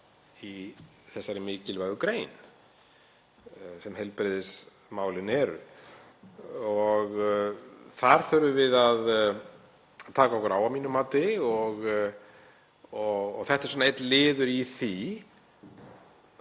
þeirri mikilvægu grein sem heilbrigðismálin eru. Þar þurfum við að taka okkur á að mínu mati og þetta er einn liður í því.